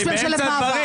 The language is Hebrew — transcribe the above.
יש ממשלת מעבר.